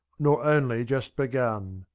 nor only just begun,